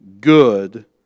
good